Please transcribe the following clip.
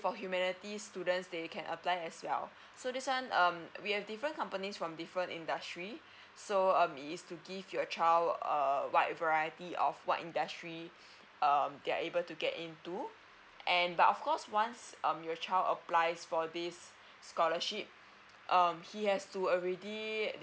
for humanity students they can apply as well so this one um we have different companies from different industry so um it is to give your child err wide variety of what industry um they're able to get into and but of course once um your child applies for this scholarship um he has to already